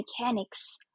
mechanics